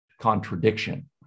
contradiction